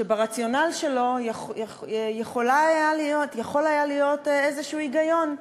שברציונל שלו יכול היה להיות איזה היגיון.